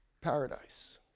Paradise